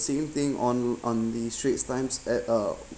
seeing thing on on the straits times at uh